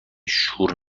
شور